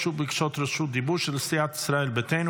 הוגשו בקשות רשות דיבור של סיעת ישראל ביתנו.